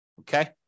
Okay